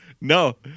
no